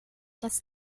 das